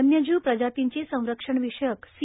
वन्यजीव प्रजातींची संरक्षण विषयक सी